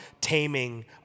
taming